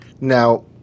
now